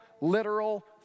literal